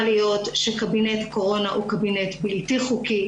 להיות שקבינט הקורונה הוא קבינט בלתי חוקי,